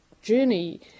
journey